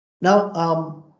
Now